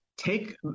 take